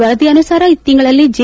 ವರದಿ ಅನುಸಾರ ಈ ತಿಂಗಳಲ್ಲಿ ಜೆ